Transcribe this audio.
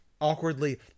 awkwardly